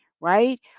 right